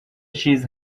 چیز